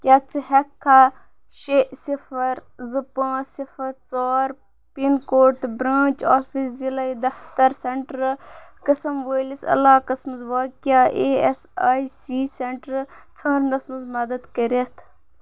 کیٛاہ ژٕ ہیٚککھا شےٚ صِفَر زٕ پانٛژھ صِفَر ژور پِن کوڈ تہٕ برٛانٛچ آفِس ذِلَے دَفتَر سٮ۪نٛٹر قٕسٕم وٲلِس علاقس منٛز واقع E S I C centre ژھانٛڈنَس منٛز مدَت کٔرِتھ